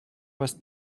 was